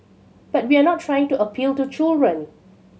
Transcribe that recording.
but we're not trying to appeal to children